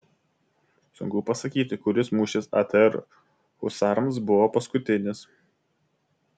sunku pasakyti kuris mūšis atr husarams buvo paskutinis